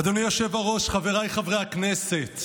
אדוני היושב-ראש, חבריי חברי הכנסת,